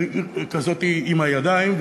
כזאת עם הידיים,